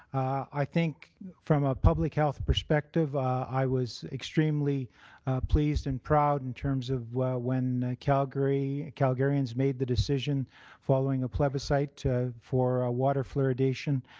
i think from a public health perspective, i was extremely pleased and proud in terms of when calgarians calgarians made the decision following a plebiscite for ah water fluoridation,